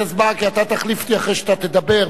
אתה תחליף אותי אחרי שאתה תדבר בחוק הבא.